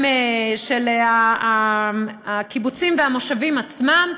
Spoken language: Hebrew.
גם של הקיבוצים והמושבים עצמם,